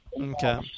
Okay